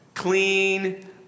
clean